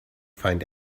find